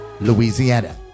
Louisiana